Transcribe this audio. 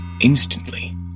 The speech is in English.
Instantly